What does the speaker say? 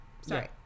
sorry